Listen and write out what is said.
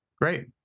Great